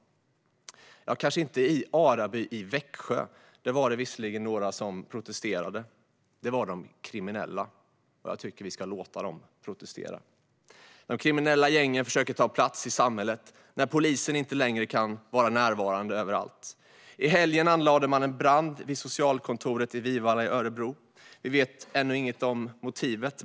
Ja, kanske inte i Araby i Växjö. Där var det visserligen några som protesterade, de kriminella, och jag tycker att vi ska låta dem protestera. De kriminella gängen försöker ta plats i samhället när polisen inte längre kan vara närvarande överallt. I helgen anlade man en brand vid socialkontoret i Vivalla i Örebro. Vi vet ännu inget om motivet.